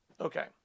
Okay